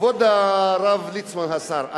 כבוד הרב ליצמן, השר,